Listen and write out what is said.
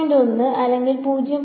1 അല്ലെങ്കിൽ 0